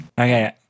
Okay